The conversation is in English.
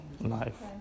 life